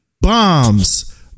bombs